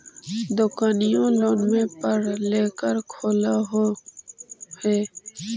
दोकनिओ लोनवे पर लेकर खोललहो हे?